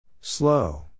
Slow